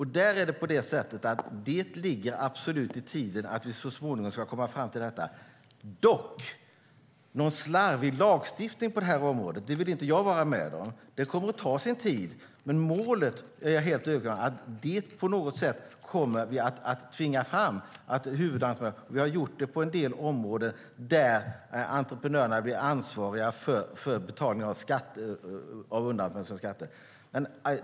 Det ligger absolut i tiden att vi så småningom ska komma fram till detta. Dock vill jag inte vara med om någon slarvig lagstiftning på det området. Det kommer att ta sin tid, men jag är helt övertygad om att vi på något sätt kommer att nå målet att tvinga fram huvudentreprenörsavtal. Vi har gjort det på en del områden där entreprenörerna blir ansvariga för betalning av underentreprenörers skatter.